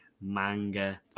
manga